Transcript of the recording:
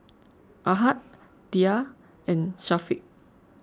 Ahad Dhia and Syafiq